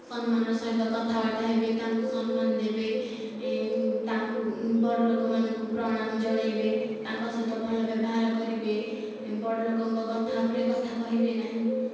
ସମ୍ମାନର ସହିତ କଥାବାର୍ତ୍ତା ହେବେ ତାଙ୍କୁ ସମ୍ମାନ ଦେବେ ତାଙ୍କୁ ବଡ଼ ଲୋକମାନଙ୍କୁ ପ୍ରଣାମ ଜଣେଇବେ ତାଙ୍କ ସହିତ ଭଲ ବ୍ୟବହାର କରିବେ ବଡ଼ ଲୋକଙ୍କ କଥା ଉପରେ କଥା କହିବେ ନାହିଁ